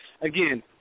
Again